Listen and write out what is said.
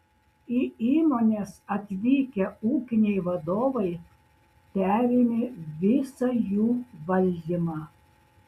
į įmones atvykę ūkiniai vadovai perėmė visą jų valdymą